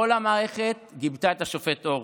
כל המערכת גיבתה את השופט אור,